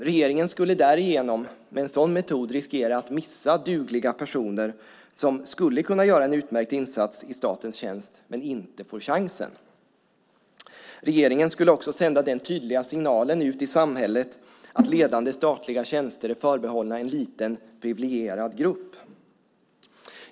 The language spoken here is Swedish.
Regeringen skulle med en sådan metod riskera att missa dugliga personer som skulle kunna göra en utmärkt insats i statens tjänst men inte får chansen. Regeringen skulle också sända den tydliga signalen ut till samhället att ledande statliga tjänster är förbehållna en liten privilegierad grupp.